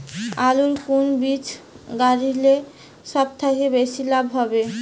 আলুর কুন বীজ গারিলে সব থাকি বেশি লাভ হবে?